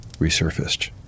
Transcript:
resurfaced